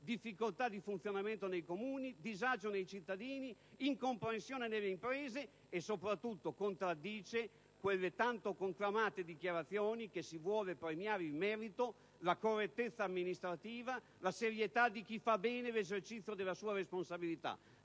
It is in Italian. difficoltà di funzionamento nei Comuni, disagio nei cittadini, incomprensione nelle imprese, con ciò soprattutto contraddicendo le tanto conclamate dichiarazioni secondo le quali si vuole premiare il merito, la correttezza amministrativa e la serietà di chi fa bene l'esercizio della sua responsabilità.